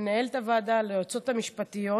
למנהלת הוועדה, ליועצות המשפטיות.